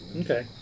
Okay